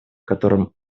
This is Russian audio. которым